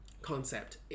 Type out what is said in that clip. concept